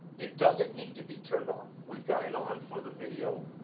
it doesn't need to be turned on, we've got it on for the video.